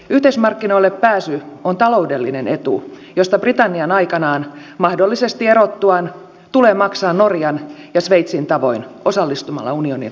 yhteismarkkinoille pääsy on taloudellinen etu josta britannian aikanaan mahdollisesti erottuaan tulee maksaa norjan ja sveitsin tavoin osallistumalla unionin rahoitukseen